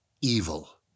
evil